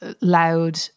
loud